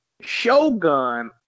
Shogun